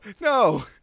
no